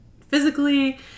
physically